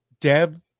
Deb